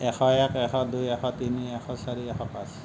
এশ এক এশ দুই এশ তিনি এশ চাৰি এশ পাঁচ